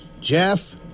Jeff